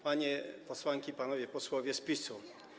Panie Posłanki i Panowie Posłowie z PiS-u!